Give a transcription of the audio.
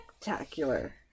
spectacular